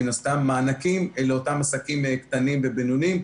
מן הסתם מענקים לאותם עסקים קטנים ובינוניים,